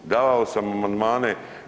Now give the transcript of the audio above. Davao sam amandmane.